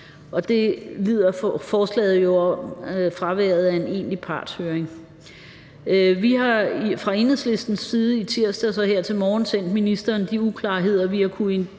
Forslaget lider jo under fraværet af en egentlig partshøring. Vi har fra Enhedslistens side i tirsdags og her til morgen sendt ministeren de uklarheder, vi umiddelbart